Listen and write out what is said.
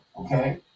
Okay